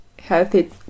healthy